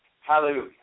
Hallelujah